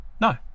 No